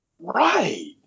Right